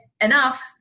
enough